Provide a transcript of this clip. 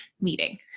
meeting